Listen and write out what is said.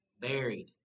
Buried